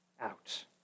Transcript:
out